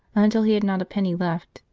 until he had not a penny left,